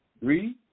Read